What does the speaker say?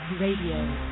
Radio